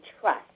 trust